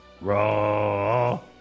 Raw